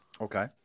Okay